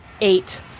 Eight